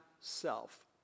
self